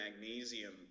magnesium